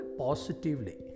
positively